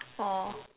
oh